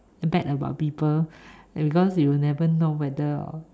bad about people because you never know whether